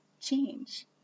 change